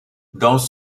dans